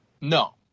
No